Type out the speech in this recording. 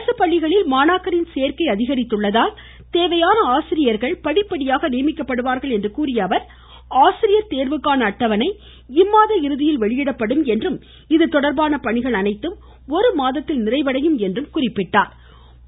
அரசு பள்ளிகளில் மாணாக்கரின் சேர்க்கை அதிகரித்துள்ளதால் தேவையான ஆசிரியர்கள் படிப்படியாக நியமிக்கப்படுவார்கள் என்று கூறிய அவர் ஆசிரியர் தேர்வுக்கான அட்டவணை இம்மாத இறுதியில் வெளியிடப்படும் என்றும் இதுதொடர்பான பணிகள் அனைத்தும் ஒருமாதத்தில் நிறைவடையும் என்றும் குறிப்பிட்டார்